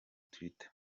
twitter